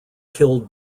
killed